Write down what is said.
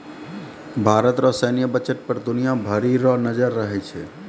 भारत रो सैन्य बजट पर दुनिया भरी रो नजर रहै छै